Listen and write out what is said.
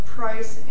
price